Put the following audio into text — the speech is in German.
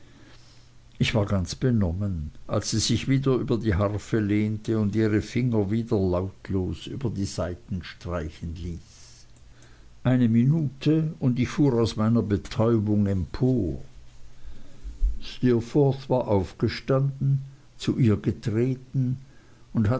ich war ganz benommen als sie sich wieder über die harfe lehnte und ihre finger wieder lautlos über die saiten streichen ließ eine minute und ich fuhr aus meiner betäubung empor steerforth war aufgestanden zu ihr getreten und